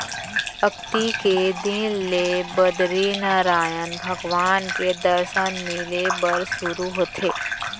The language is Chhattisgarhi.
अक्ती के दिन ले बदरीनरायन भगवान के दरसन मिले बर सुरू होथे